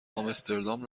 آمستردام